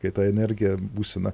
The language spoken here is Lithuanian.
kai ta energija būsena